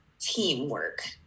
teamwork